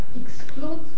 exclude